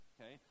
Okay